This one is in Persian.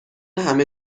همه